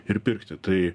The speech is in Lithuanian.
ir pirkti tai